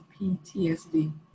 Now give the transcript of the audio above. PTSD